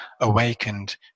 awakened